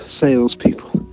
salespeople